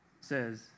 says